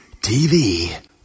TV